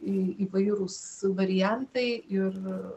į įvairūs variantai ir